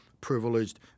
privileged